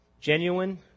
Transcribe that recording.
genuine